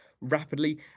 rapidly